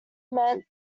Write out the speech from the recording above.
meant